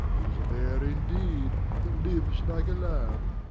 he's a bear indeed, that lives like a lamb.